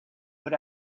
put